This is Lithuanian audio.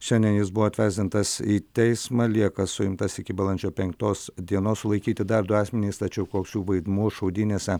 šiandien jis buvo atvesdintas į teismą lieka suimtas iki balandžio penktos dienos sulaikyti dar du asmenys tačiau koks jų vaidmuo šaudynėse